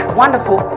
wonderful